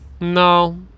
No